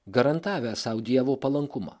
garantavę sau dievo palankumą